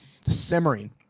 simmering